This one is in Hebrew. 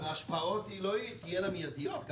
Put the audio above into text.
אבל ההשפעות לא תהיינה מידיות.